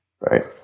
Right